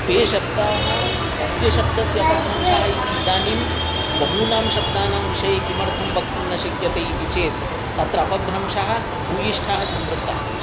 ते शब्दाः कस्य शब्दस्य अपभ्रंशाः इति इदानीं बहूनां शब्दानां विषये किमर्थं वक्तुं न शक्यते इति चेत् तत्र अपभ्रंशः भूयिष्ठः संवृत्तः